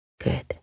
Good